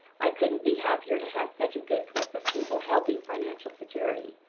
i couldn't be happier to have such a good group of people helping financial security.